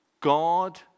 God